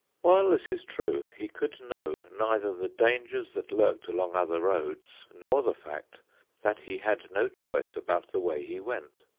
while this is true, he could know neither the dangers that lurked along other roads, nor the fact that he had no choice about the way he went.